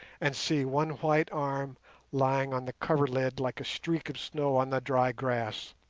and see one white arm lying on the coverlid like a streak of snow on the dry grass.